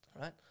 right